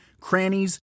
crannies